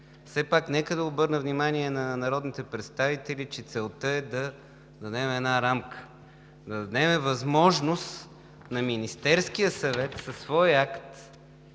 Все пак нека да обърна внимание на народните представители, че целта е да дадем една рамка, да дадем възможност на Министерския съвет със свой акт